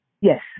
Yes